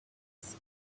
its